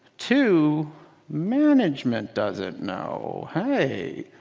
two management doesn't know. hey,